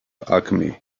alchemy